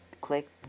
Click